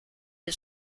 del